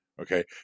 okay